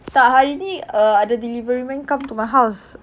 tak hari ni err ada delivery man come to my house